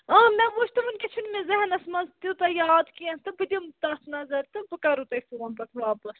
مےٚ وُچھ تہٕ وُنکٮ۪س چھُنہٕ مے ذہنَس منٛز تیٛوٗتاہ یاد کیٚنٛہہ تہٕ بہٕ دِمہٕ تَتھ نظر تہٕ بہٕ کَرہو تۄہہِ فون پَتہٕ واپَس